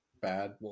bad